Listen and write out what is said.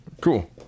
Cool